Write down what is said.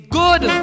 good